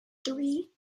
three